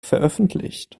veröffentlicht